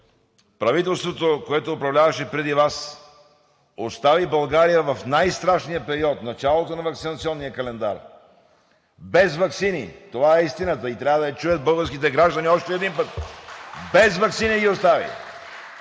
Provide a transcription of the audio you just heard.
правителството, което управляваше преди Вас, остави България в най-страшния период – началото на ваксинационния календар, без ваксини?! Това е истината и трябва да я чуят българските граждани още един път. (Ръкопляскания